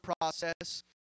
process